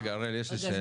רגע הראל יש לי שאלה.